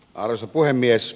arvoisa puhemies